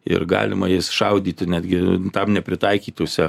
ir galima jais šaudyti netgi tam nepritaikytose